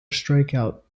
strikeout